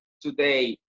today